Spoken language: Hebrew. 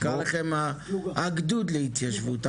נקרא לכם הגדוד להתיישבות,